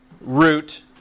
root